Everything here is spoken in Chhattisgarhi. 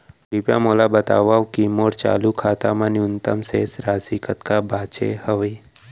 कृपया मोला बतावव की मोर चालू खाता मा न्यूनतम शेष राशि कतका बाचे हवे